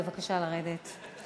בבקשה לרדת.